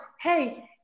hey